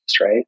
right